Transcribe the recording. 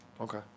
Okay